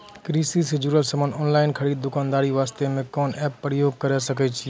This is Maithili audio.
कृषि से जुड़ल समान ऑनलाइन खरीद दुकानदारी वास्ते कोंन सब एप्प उपयोग करें सकय छियै?